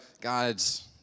God's